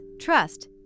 trust